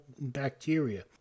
bacteria